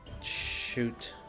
Shoot